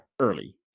early